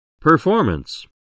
Performance